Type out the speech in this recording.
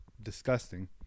disgusting